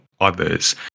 others